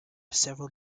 several